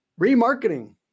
remarketing